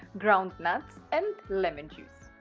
ground nuts and lemon juice.